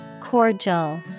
Cordial